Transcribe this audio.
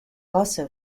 also